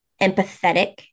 empathetic